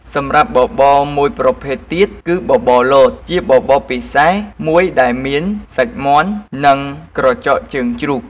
សម្រាប់បបរមួយប្រភេទទៀត គឺ បបរលត ជាបបរពិសេសមួយដែលមាន សាច់មាន់ និងក្រចកជើងជ្រូក។